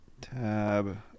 Tab